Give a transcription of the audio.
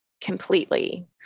completely